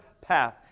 path